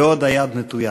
ועוד היד נטויה.